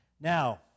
Now